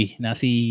nasi